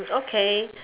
okay